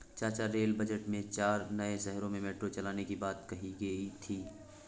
चाचा rail budget में चार नए शहरों में मेट्रो चलाने की बात कही गई थी